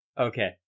Okay